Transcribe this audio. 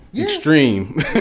extreme